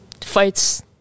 fights